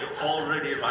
already